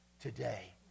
today